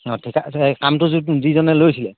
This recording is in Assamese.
অঁ কামটো যি যিজনে লৈছিলে